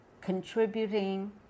contributing